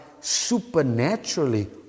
supernaturally